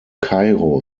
cairo